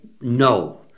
no